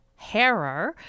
Herrer